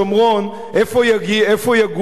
איפה יגורו האנשים?